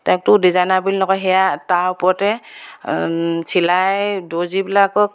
তো ডিজাইনাৰ বুলি নকয় সেয়া তাৰ ওপৰতে চিলাই দৰ্জীবিলাকক